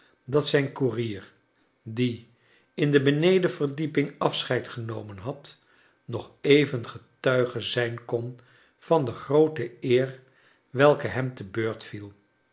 dat zijn koerier die in de benedenverdieping afscheid genomen had nog even getuige zijn kon van de groote eer welke hem te beurt viel